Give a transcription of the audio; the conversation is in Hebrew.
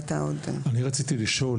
אני רציתי לשאול,